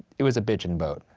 it was a bitchin' boat.